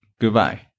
goodbye